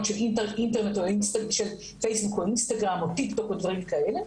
של פייסבוק או אינסטגרם או טיקטוק או דברים כאלה,